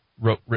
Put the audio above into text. wrote